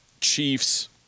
Chiefs